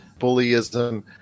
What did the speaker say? bullyism